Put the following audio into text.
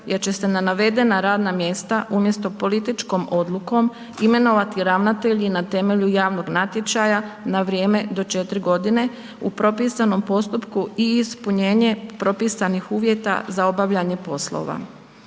jer će se na navedena radna mjesta umjesto političkom odlukom imenovati ravnatelji i na temelju javnog natječaja na vrijeme do 4 godine u propisanom postupku i ispunjenje propisanih uvjeta za obavljanje poslova.